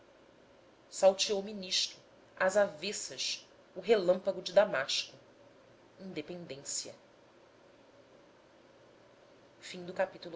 azuis salteou me nisto às avessas o relâmpago de damasco independência